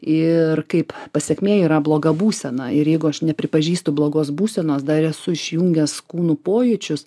ir kaip pasekmė yra bloga būsena ir jeigu aš nepripažįstu blogos būsenos dar esu išjungęs kūnu pojūčius